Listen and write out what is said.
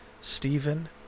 stephen